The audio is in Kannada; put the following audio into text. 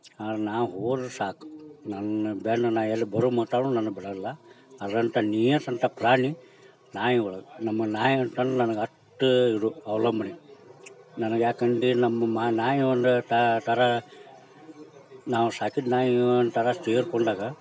ಆದ್ರೆ ನಾನು ಹೋದ್ರೆ ಸಾಕು ನನ್ನ ಬೆನ್ನು ನಾನು ಎಲ್ಲ ಬರೋ ಮಟ್ಟಾನು ನನ್ನ ಬಿಡೋಲ್ಲ ಅದರಂಥ ನೀಯತ್ತಂಥ ಪ್ರಾಣಿ ನಾಯಿಗಳು ನಮ್ಮ ನಾಯಿ ಅಂತಂದು ನನಗೆ ಅಟ್ಟ ಇದು ಅವ್ಲಂಬನೆ ನನಗೆ ಯಾಕೆಂದ್ರೆ ನಮ್ಮ ಮ ನಾಯಿ ಒಂದು ಥರ ನಾವು ಸಾಕಿದ ನಾಯಿ ಒಂದ್ಸಲ ತೀರಿಕೊಂಡಾಗ